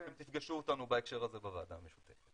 ואתם תפגשו אותנו בהקשר הזה בוועדה המשותפת.